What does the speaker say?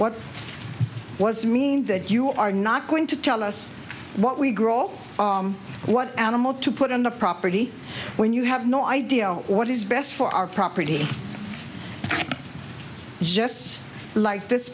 what was mean that you are not going to tell us what we grow what animal to put on the property when you have no idea what is best for our property just like this